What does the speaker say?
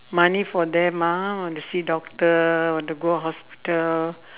money for them ah want to see doctor want to go hospital